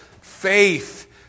faith